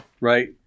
right